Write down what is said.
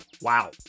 Wow